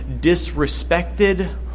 disrespected